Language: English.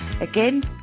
Again